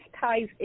ties